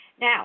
Now